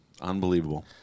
Unbelievable